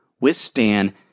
withstand